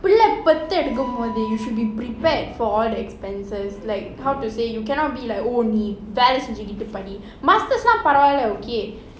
பிள்ளையை பெத்தெடுக்கும்போது:pillaiyai pethedukumpothu you should be prepared for all the expenses like how to say you cannot be like oh நீ வேல செஞ்சிட்டு படி:nee vela senjitu padi masters பரவால:paravaala okay